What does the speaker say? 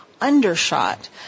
undershot